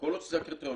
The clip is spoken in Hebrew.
כל עוד שזה הקריטריון.